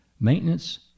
Maintenance